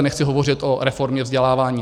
Nechci zde hovořit o reformě vzdělávání.